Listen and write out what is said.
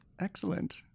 Excellent